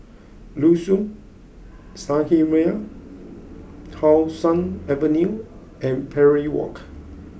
Liuxun Sanhemiao How Sun Avenue and Parry Walk